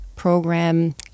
program